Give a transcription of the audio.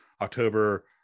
October